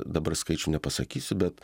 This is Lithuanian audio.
dabar skaičių nepasakysiu bet